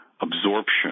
absorption